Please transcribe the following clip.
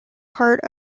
part